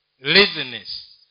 laziness